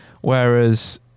whereas